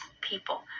people